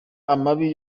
amabi